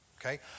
Okay